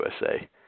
USA